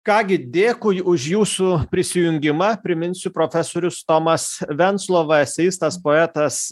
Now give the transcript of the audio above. ką gi dėkui už jūsų prisijungimą priminsiu profesorius tomas venclova eseistas poetas